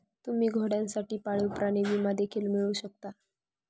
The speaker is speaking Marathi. तुम्ही घोड्यांसाठी पाळीव प्राणी विमा देखील मिळवू शकता